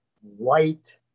white